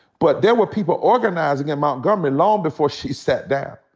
but there were people organizing in montgomery long before she sat down.